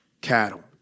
cattle